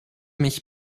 mich